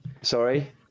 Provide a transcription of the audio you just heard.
Sorry